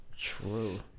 true